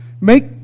Make